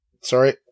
Sorry